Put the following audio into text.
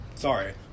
Sorry